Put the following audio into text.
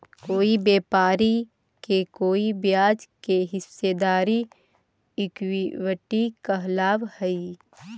कोई व्यापारी के कोई ब्याज में हिस्सेदारी इक्विटी कहलाव हई